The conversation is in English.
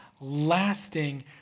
lasting